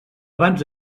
abans